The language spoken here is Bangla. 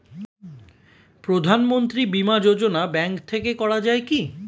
প্রধানমন্ত্রী বিমা যোজনা ব্যাংক থেকে করা যায় কি?